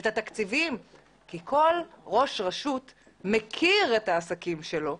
את התקציבים כי כל ראש רשות מכיר את העסקים שלו.